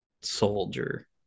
soldier